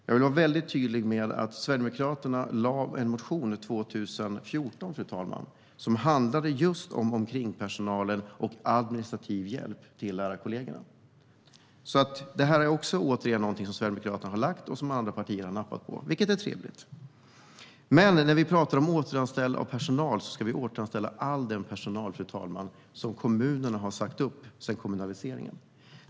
Jag vill vara tydlig med att Sverigedemokraterna väckte en motion 2014 som handlade just om omkringpersonalen och administrativ hjälp till lärarkollegorna. Det här är återigen ett förslag som Sverigedemokraterna har lagt fram och som andra partier har nappat på, vilket är trevligt. Fru talman! När vi talar om att återanställa personal handlar det om att återanställa all den personal som kommunerna har sagt upp sedan kommunaliseringen.